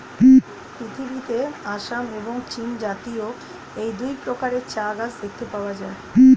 পৃথিবীতে আসাম এবং চীনজাতীয় এই দুই প্রকারের চা গাছ দেখতে পাওয়া যায়